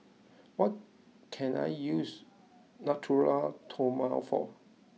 what can I use Natura Stoma for